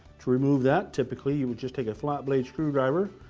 to remove that, typically you will just take a flat blade screwdriver,